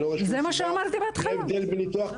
אני לא רואה שום הבדל בין הניתוחים.